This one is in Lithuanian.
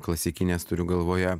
klasikinės turiu galvoje